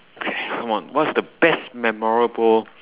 ok come on what's the best memorable